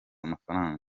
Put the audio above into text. amafaranga